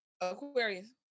Aquarius